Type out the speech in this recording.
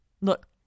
Look